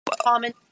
common